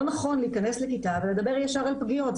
לא נכון להיכנס לכיתה ולדבר ישר על פגיעות,